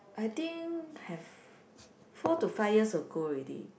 I think have four to five years ago already